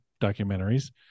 documentaries